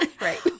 Right